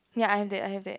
ya I have that I have that